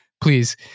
please